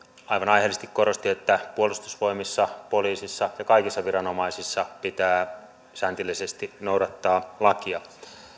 aivan aiheellisesti korosti että puolustusvoimissa poliisissa ja kaikissa viranomaisissa pitää säntillisesti noudattaa lakia